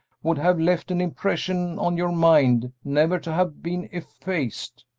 would have left an impression on your mind never to have been effaced!